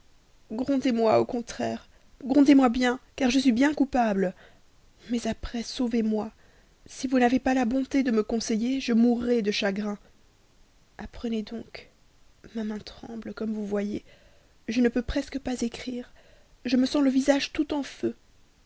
grondez moi au contraire grondez moi bien car je suis bien coupable mais après sauvez-moi si vous n'avez pas la bonté de me conseiller je mourrai de chagrin apprenez donc ma main tremble comme vous voyez je ne peux presque pas écrire je me sens le visage tout en feu